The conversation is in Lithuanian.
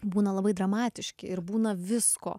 būna labai dramatiški ir būna visko